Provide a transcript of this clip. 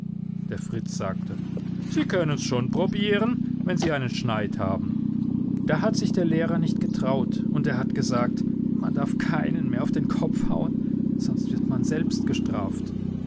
der fritz sagte sie können's schon probieren wenn sie einen schneid haben da hat sich der lehrer nicht getraut und er hat gesagt man darf keinen mehr auf den kopf hauen sonst wird man selbst gestraft